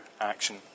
action